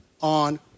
on